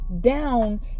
down